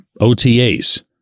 OTAs